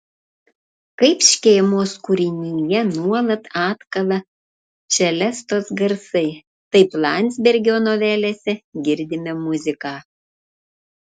kaip škėmos kūrinyje nuolat atkala čelestos garsai taip landsbergio novelėse girdime muziką